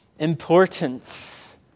importance